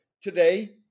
Today